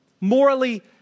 morally